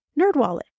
Nerdwallet